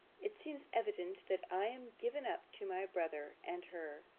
it seems evident that i am given up to my brother and her,